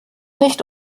nicht